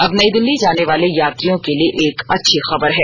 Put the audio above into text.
अब नई दिल्ली जाने वाले यात्रियों के लिए एक अच्छी खबर है